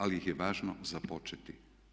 Ali ih je važno započeti.